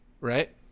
right